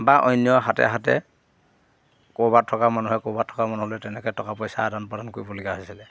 বা আনৰ হাতে হাতে ক'ৰবাত থকা মানুহে ক'ৰবাত থকা মানুহলৈ তেনেকৈ টকা পইচা আদান প্ৰদান কৰিবলগীয়া হৈছিলে